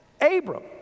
Abram